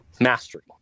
mastery